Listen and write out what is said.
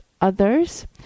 others